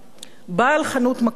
בעל חנות מכולת,